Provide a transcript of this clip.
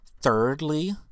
Thirdly